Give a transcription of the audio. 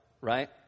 right